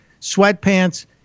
sweatpants